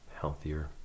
healthier